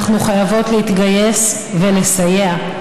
חוק שצריך להיות חוק שכולם משוכנעים בו.